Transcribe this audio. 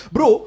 Bro